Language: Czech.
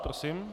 Prosím.